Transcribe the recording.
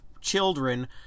children